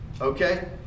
Okay